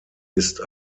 ist